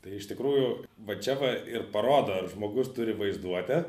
tai iš tikrųjų va čia va ir parodo ar žmogus turi vaizduotę